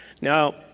Now